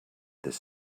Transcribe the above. this